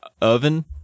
oven